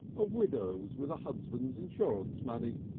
of widows with a husband's insurance money,